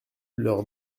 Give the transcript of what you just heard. leur